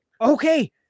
okay